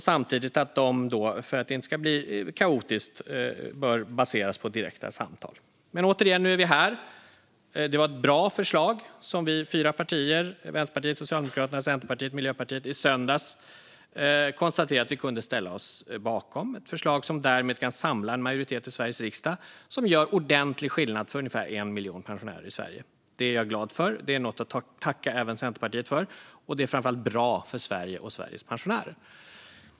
Samtidigt bör dessa, för att det inte ska bli kaotiskt, baseras på direkta samtal. Återigen: Nu är vi här. Det var ett bra förslag som vi fyra partier, Vänsterpartiet, Socialdemokraterna, Centerpartiet och Miljöpartiet, i söndags konstaterade att vi kunde ställa oss bakom. Det är ett förslag som därmed kan samla en majoritet i Sveriges riksdag och som gör ordentlig skillnad för ungefär 1 miljon pensionärer i Sverige. Det är jag glad för, och det är något att tacka även Centerpartiet för. Framför allt är det bra för Sverige och för Sveriges pensionärer.